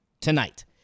tonight